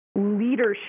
leadership